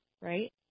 right